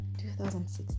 2016